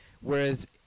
Whereas